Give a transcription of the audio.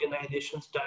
organizations